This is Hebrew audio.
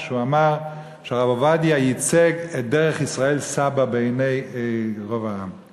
כשהוא אמר שהרב עובדיה ייצג את דרך ישראל סבא בעיני רוב העם,